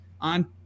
on